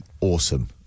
awesome